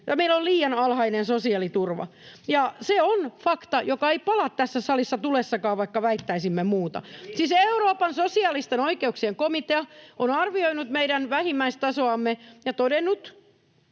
meillä on liian alhainen sosiaaliturva, ja se on fakta, joka ei pala tässä salissa tulessakaan, vaikka väittäisimme muuta. [Ben Zyskowicz: Ja missä maassa on riittävä?] Siis Euroopan sosiaalisten oikeuksien komitea on arvioinut meidän vähimmäistasoamme ja todennut,